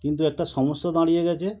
কিন্তু একটা সমস্যা দাঁড়িয়ে গেছে